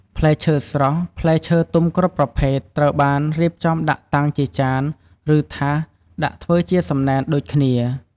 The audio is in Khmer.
ផ្លែឈើស្រស់ ផ្លែឈើទុំគ្រប់ប្រភេទ ត្រូវបានរៀបចំដាក់តាំងជាចាន ឬ ថាស ដាក់ធ្វើជាសំណែនដូចគ្នា។